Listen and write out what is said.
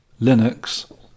Linux